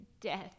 death